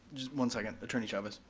just one second. attorney chavez.